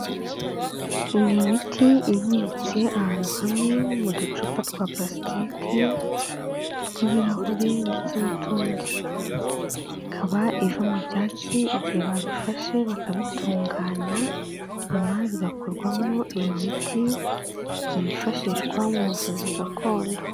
Ni imiti ibitse ahantu hamwe mu ducupa twa purasitike, utw'ibirahure ndetse n'utundi, ikaba iva mu byatsi igihe babifashe bakabitunganya nyuma bigakorwamo iyo miti yifashishwa mu buvuzi gakondo.